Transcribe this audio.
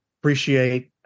appreciate